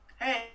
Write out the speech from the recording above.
hey